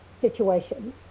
situation